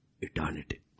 eternity